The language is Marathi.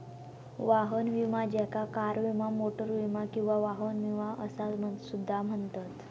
वाहन विमा ज्याका कार विमा, मोटार विमा किंवा वाहन विमा असा सुद्धा म्हणतत